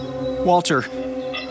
Walter